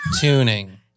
Tuning